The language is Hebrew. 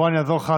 בוא אני אעזור לך,